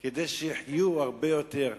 כדי שיחיו הרבה יותר,